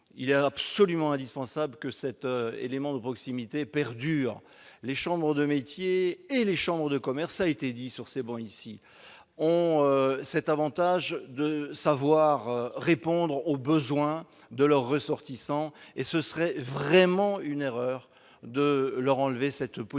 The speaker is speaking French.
Il est absolument indispensable que cet élément de proximité perdure. Les chambres de métiers et les chambres de commerce, cela a été dit ici, ont cet avantage de savoir répondre aux besoins de leurs ressortissants et leur enlever cette possibilité